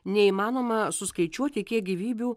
neįmanoma suskaičiuoti kiek gyvybių